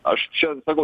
aš čia sakau